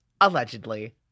Allegedly